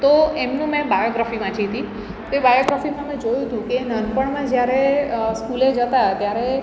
તો એમનું મેં બાયોગ્રાફી વાંચી હતી તો એ બાયોગ્રાફીમાં મેં જોયું હતું કે નાનપણમાં જ્યારે સ્કૂલે જતા ત્યારે